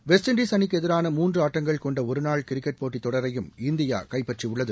west Indies அணிக்கு எதிரான மூன்று ஆட்டங்கள் கொண்ட ஒருநாள் கிரிக்கெட் போட்டித் தொடரையும் இந்தியா கைப்பற்றியுள்ளது